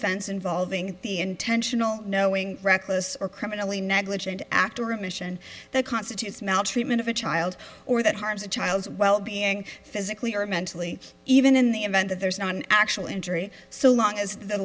offense involving the intentional knowing reckless or criminally negligent act or a mission that constitutes maltreatment of a child or that harms the child's well being physically or mentally even in the event that there is not an actual injury so long as the